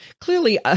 Clearly